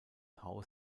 haus